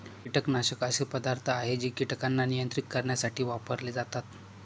कीटकनाशक असे पदार्थ आहे जे कीटकांना नियंत्रित करण्यासाठी वापरले जातात